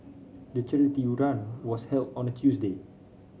the charity run was held on a Tuesday